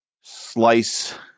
slice